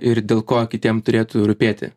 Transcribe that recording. ir dėl ko kitiem turėtų rūpėti